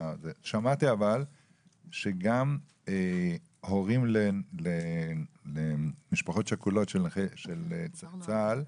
אבל שמעתי שגם הורים למשפחות שכולות של צה"ל זכאיות.